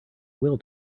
will